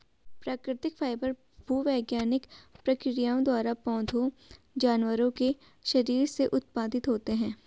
प्राकृतिक फाइबर भूवैज्ञानिक प्रक्रियाओं द्वारा पौधों जानवरों के शरीर से उत्पादित होते हैं